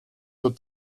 für